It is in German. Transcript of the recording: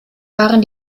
waren